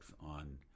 on